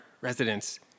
residents